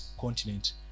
continent